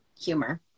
humor